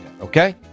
Okay